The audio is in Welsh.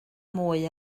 mwy